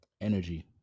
energy